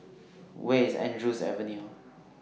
Where IS Andrews Avenue